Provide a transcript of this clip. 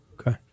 Okay